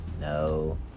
no